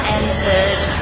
entered